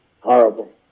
horrible